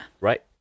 right